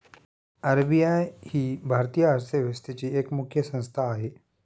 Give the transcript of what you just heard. RBI ही भारतीय अर्थव्यवस्थेची एक मुख्य संस्था आहे